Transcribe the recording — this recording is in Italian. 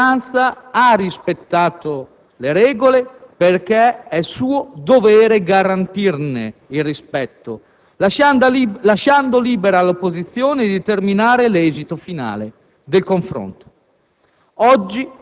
La maggioranza ha rispettato le regole, perché è suo dovere garantirne il rispetto, lasciando libera l'opposizione di determinare l'esito finale del confronto.